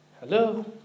Hello